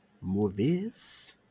movies